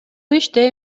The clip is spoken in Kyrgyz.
иште